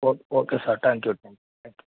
okay okay sir thank you thank you thank you